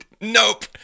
Nope